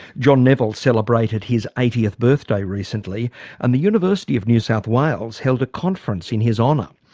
john nevile celebrated his eightieth birthday recently and the university of new south wales held a conference in his honour.